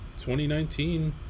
2019